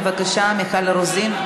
בבקשה, מיכל רוזין.